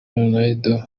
ronaldo